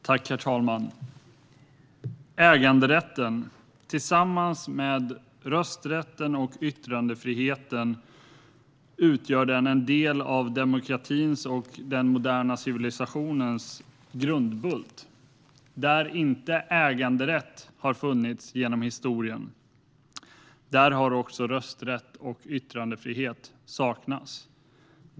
Herr talman! Tillsammans med rösträtten och yttrandefriheten utgör äganderätten en del av demokratins och den moderna civilisationens grundbult. Där inte äganderätt har funnits genom historien har även rösträtt och yttrandefrihet saknats.